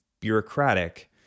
bureaucratic